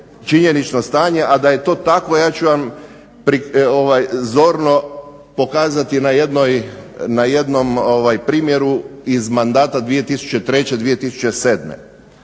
činjenično stanje, a da je to takvo ja ću vam zorno pokazati na jednoj, na jednom primjeru iz mandata 2003. -2007.